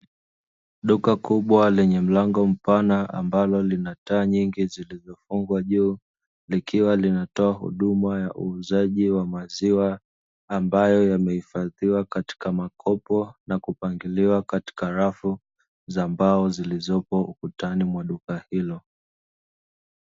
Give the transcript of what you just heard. Duka kubwa lenye mlango mpana, ambalo lina taa nyingi zilizofungwa juu, likiwa linatoa huduma ya uuzaji wa maziwa ambayo yamehifadhiwa katika makopo na kupangiliwa katika rafu za mbao zilizopo ukutani mwa duka hilo.